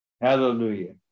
Hallelujah